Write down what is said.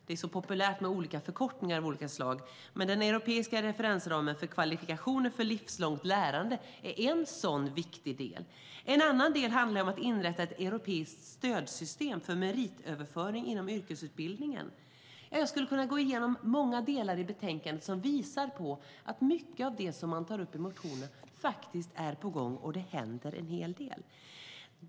Det är så populärt med förkortningar av olika slag, men EQF, den europeiska referensramen för kvalifikationer för livslångt lärande, är en sådan viktig del. En annan del handlar om att inrätta ett europeiskt stödsystem för meritöverföring inom yrkesutbildningen. Ja, jag skulle kunna gå igenom många delar i betänkandet som visar på att mycket av det som tas upp i motionerna faktiskt är på gång. Det händer en hel del.